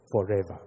forever